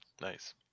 nice